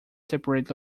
separate